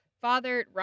Father